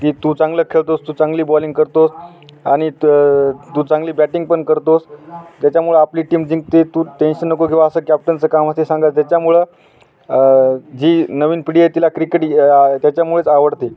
की तू चांगलं खेळतो आहेस तू चांगली बॉलिंग करतो आहे आणि तू तू चांगली बॅटिंग पण करतो आहेस त्याच्यामुळं आपली टीम जिंकते तू टेन्शन नको किंवा असं कॅप्टनचं काम असते सांगायचं त्याच्यामुळं जी नवीन पिढी आहे तिला क्रिकेट य त्याच्यामुळेच आवडते